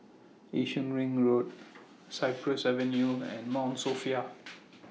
Yishun Ring Road Cypress Avenue and Mount Sophia